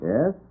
Yes